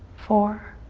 four,